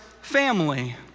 family